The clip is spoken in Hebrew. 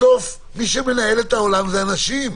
בסוף מי שמנהל את העולם זה אנשים.